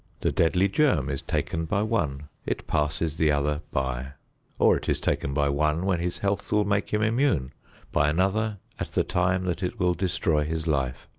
the deadly germ is taken by one, it passes the other by or, it is taken by one when his health will make him immune by another at the time that it will destroy his life.